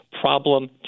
problem